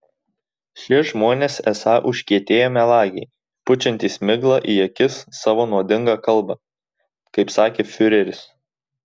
šie žmonės esą užkietėję melagiai pučiantys miglą į akis savo nuodinga kalba kaip sakė fiureris